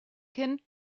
kind